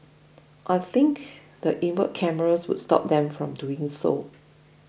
I think the inward cameras would stop them from doing so